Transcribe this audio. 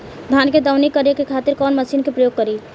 धान के दवनी करे खातिर कवन मशीन के प्रयोग करी?